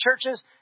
churches